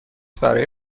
برای